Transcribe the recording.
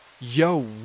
Yo